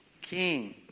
king